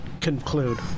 conclude